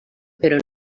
però